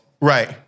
Right